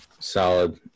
Solid